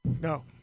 No